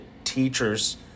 teachers